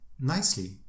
nicely